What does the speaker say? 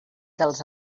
dels